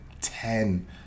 ten